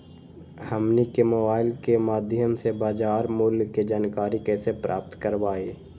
हमनी के मोबाइल के माध्यम से बाजार मूल्य के जानकारी कैसे प्राप्त करवाई?